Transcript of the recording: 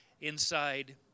inside